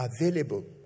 Available